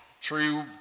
true